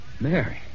Mary